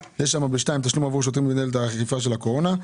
בסעיף 2: תשלום עבור שוטרים במנהלת האכיפה של הקורונה.